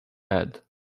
head